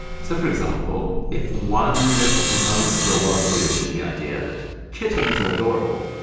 so, for example, if one little component of your worldview is the idea that kittens are adorable,